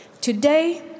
today